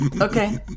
Okay